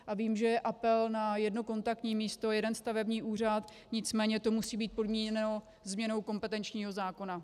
A vím, že je apel na jedno kontaktní místo, jeden stavební úřad, nicméně to musí být podmíněno změnou kompetenčního zákona.